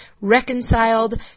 reconciled